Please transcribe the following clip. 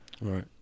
right